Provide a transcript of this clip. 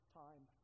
time